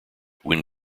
when